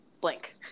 blank